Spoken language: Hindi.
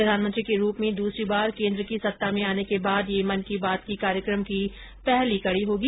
प्रधानमंत्री के रूप में दूसरी बार केंद्र की सत्ता में आने के बाद यह मन की बात कार्यक्रम की पहली कड़ी होगी